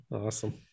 Awesome